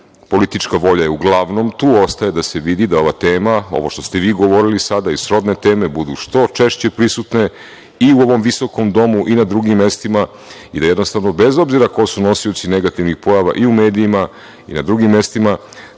politička volja je uglavnom tu. Ostaje da se vidi da ova tema, ovo što ste vi govorili sada i srodne teme budu što češće prisutne i u ovom visokom domu i na drugim mestima i da jednostavno bez obzira ko su nosioci negativnih pojava, u medijima i na drugim mestima